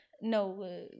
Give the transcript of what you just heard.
no